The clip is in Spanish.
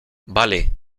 vale